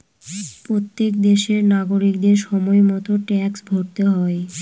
প্রত্যেক দেশের নাগরিকদের সময় মতো ট্যাক্স ভরতে হয়